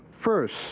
First